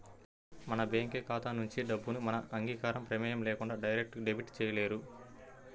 మన బ్యేంకు ఖాతా నుంచి డబ్బుని మన అంగీకారం, ప్రమేయం లేకుండా డైరెక్ట్ డెబిట్ చేయలేరు